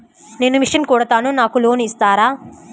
నేను మిషన్ కుడతాను నాకు లోన్ ఇస్తారా?